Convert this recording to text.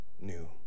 new